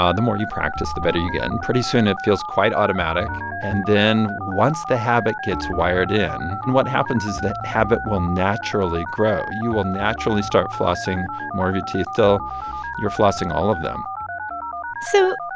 ah the more you practice, the better you get. and pretty soon, it feels quite automatic. and then once the habit gets wired in and what happens is that habit will naturally grow. you will naturally start flossing more of your teeth till you're flossing all of them so,